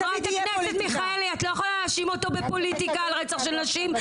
חברת הכנסת מיכאלי את לא יכולה להאשים אותו בפוליטיקה על רצח של נשים,